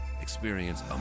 Experience